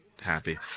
happy